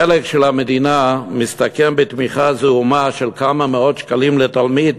החלק של המדינה מסתכם בתמיכה זעומה של כמה מאות שקלים לתלמיד